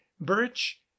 birch